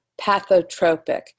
pathotropic